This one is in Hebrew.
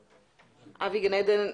עדן,